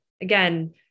again